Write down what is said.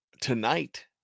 tonight